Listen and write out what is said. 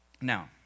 Now